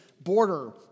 Border